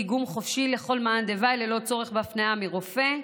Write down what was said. דיגום חופשי לכל מאן דבעי ללא צורך בהפניה מרופא,